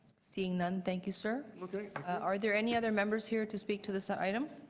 seeing none, thank you, sir. are there any other members here to speak to this item?